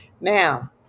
Now